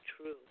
true